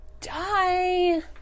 die